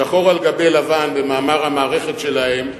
שחור על גבי לבן, במאמר המערכת שלהם שלשום,